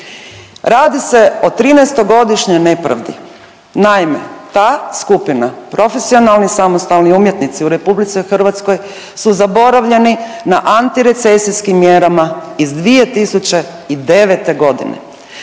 Radi se o 13-godišnjoj nepravdi. Naime, ta skupina profesionalni samostalni umjetnici u Republici Hrvatskoj su zaboravljeni na antirecesijskim mjerama iz 2009. godine.